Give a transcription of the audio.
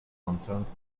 concerns